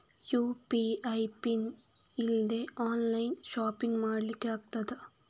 UPI pin ಇಲ್ದೆ online shopping ಮಾಡ್ಲಿಕ್ಕೆ ಆಗ್ತದಾ?